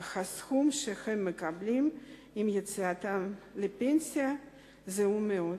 אך הסכום שהם מקבלים עם יציאתם לפנסיה זעום מאוד.